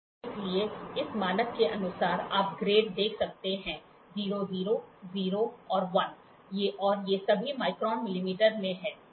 इसलिए इस मानक के अनुसार आप ग्रेड देख सकते हैं 00 0 1 और ये सभी माइक्रोन मिलीमीटर में हैं